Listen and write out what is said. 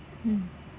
hmm